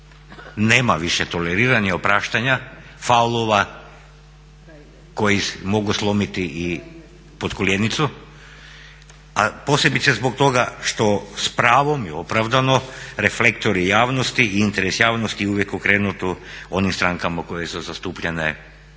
nema više toleriranja i opraštanja, faulova koji mogu slomiti i potkoljenicu a posebice zbog toga što s pravom i opravdano reflektori javnosti i interes javnosti je uvijek okrenut u onim strankama koje su zastupljene